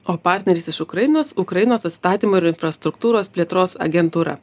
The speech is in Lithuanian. o partneris iš ukrainos ukrainos atstatymo ir infrastruktūros plėtros agentūra